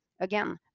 Again